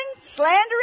slandering